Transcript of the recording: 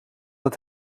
dat